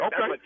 Okay